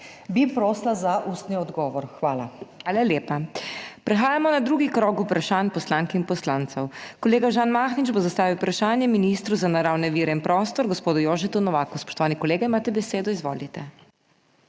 MAG. MEIRA HOT:** Hvala lepa. Prehajamo na drugi krog vprašanj poslank in poslancev. Kolega Žan Mahnič bo zastavil vprašanje ministru za naravne vire in prostor gospodu Jožetu Novaku. Spoštovani kolega, imate besedo. Izvolite.